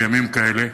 בימים כאלה,